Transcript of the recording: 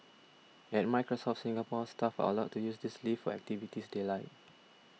at Microsoft Singapore staff are allowed to use this leave for activities they like